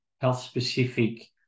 health-specific